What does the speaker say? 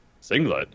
singlet